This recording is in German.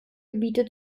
gebiete